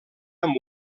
amb